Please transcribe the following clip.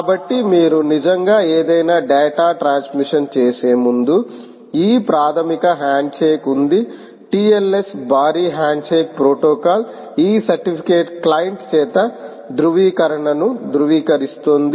కాబట్టి మీరు నిజంగా ఏదైనా డేటా ట్రాన్స్మిషన్ చేసే ముందు ఈ ప్రాథమిక హ్యాండ్షేక్ ఉంది TLS భారీ హ్యాండ్షేక్ ప్రోటోకాల్ ఈ సర్టిఫికెట్ క్లయింట్ చేత ధృవీకరణను ధృవీకరిస్తోంది